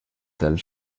del